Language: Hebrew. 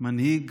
מנהיג